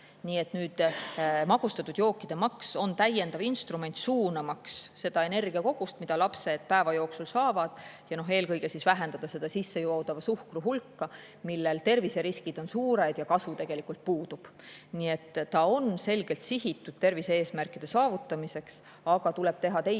et magustatud jookide maks on täiendav instrument, suunamaks seda energiakogust, mida lapsed päeva jooksul saavad, ja eelkõige vähendamaks sissejoodava suhkru hulka, mille puhul terviseriskid on suured ja kasu tegelikult puudub. See on selgelt sihitud tervise-eesmärkide saavutamiseks, aga tuleb teha ka teisi